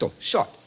Short